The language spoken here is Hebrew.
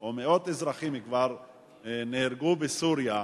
או מאות אזרחים כבר נהרגו בסוריה,